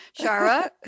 Shara